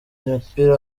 mupira